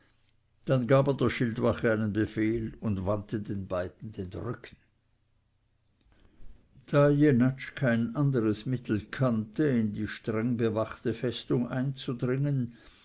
dann gab er der schildwache einen befehl und wandte den beiden den rücken da jenatsch kein anderes mittel kannte in die streng bewachte festung einzudringen